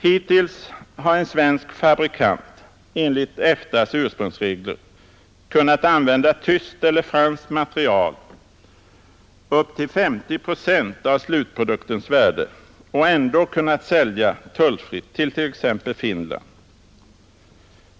Hittills har en svensk TA:s ursprungsregler kunnat använda tyskt eller franskt material upp till 50 procent av slutproduktens värde och ändå kunnat sälja tullfritt till t.ex. Finland.